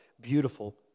beautiful